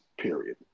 Period